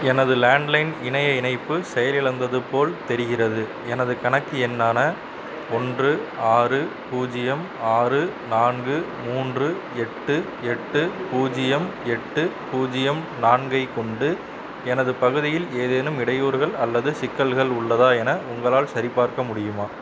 எனது லேண்ட்லைன் இணைய இணைப்பு செயலிழந்தது போல் தெரிகிறது எனது கணக்கு எண்ணான ஒன்று ஆறு பூஜ்ஜியம் ஆறு நான்கு மூன்று எட்டு எட்டு பூஜ்ஜியம் எட்டு பூஜ்ஜியம் நான்கை கொண்டு எனது பகுதியில் ஏதேனும் இடையூறுகள் அல்லது சிக்கல்கள் உள்ளதா என உங்களால் சரி பார்க்க முடியுமா